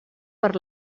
per